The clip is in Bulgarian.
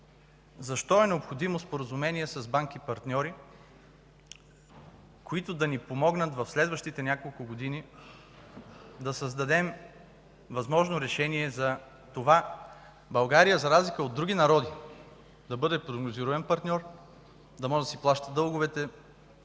защо е необходимо споразумение с банки партньори, които да ни помогнат в следващите няколко години да създадем възможно решение за това България, за разлика от други народи, да бъде прогнозируем партньор, да може да си плаща дълговете